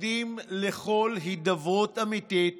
מתנגדים לכל הידברות אמיתית